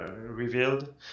revealed